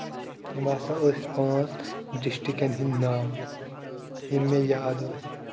یِم ہسا ٲسۍ پانٛژھ ڈِسٹرکَن ہندۍ ناو یِم مےٚ یاد ٲسۍ